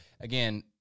again